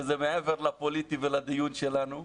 שזה מעבר לפוליטי ולדיון שלנו.